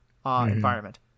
environment